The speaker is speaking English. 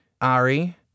Ari